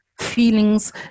Feelings